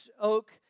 oak